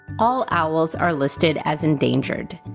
all owls are listed as endangered.